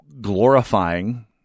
glorifying